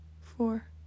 four